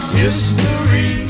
history